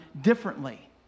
differently